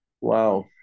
Wow